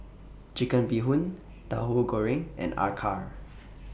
Chicken Bee Hoon Tauhu Goreng and Acar